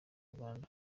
rwanda